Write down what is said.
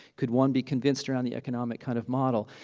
could one be convinced around the economic kind of model?